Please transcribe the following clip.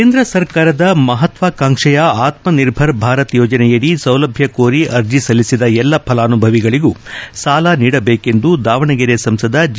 ಕೇಂದ್ರ ಸರ್ಕಾರದ ಮಹತ್ವಕಾಂಕ್ಷೆಯ ಆತ್ಮ ನಿರ್ಭರ ಭಾರತ್ ಯೋಜನೆಯಡಿ ಸೌಲಭ್ಯ ಕೋರಿ ಅರ್ಜಿ ಸಲ್ಲಿಸಿದ ಎಲ್ಲ ಫಲಾನುಭವಿಗಳಿಗೂ ಸಾಲ ನೀಡಬೇಕೆಂದು ದಾವಣಗೆರೆ ಸಂಸದ ಜಿ